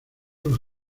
los